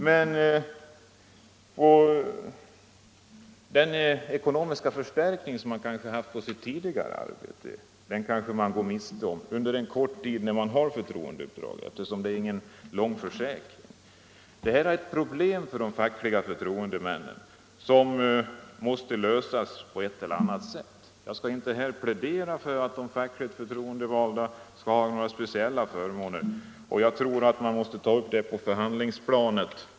Men den ekonomiska förstärkning som man eventuellt haft på sitt tidigare arbete, går man kanske miste om under en kort tid när man har förtroendeuppdraget — det innebär ingen lång försäkring. Detta är ett problem för de fackliga förtroendemännen, och det måste lösas på ett eller annat sätt. Jag skall inte här plädera för att de fackligt förtroendevalda skall ha några speciella förmåner, och jag tror att man måste ta upp frågan på förhandlingsplanet.